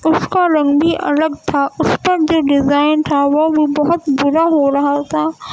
اس کا رنگ بھی الگ تھا اس پر جو ڈیزائن تھا وہ بھی بہت برا ہو رہا تھا